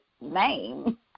name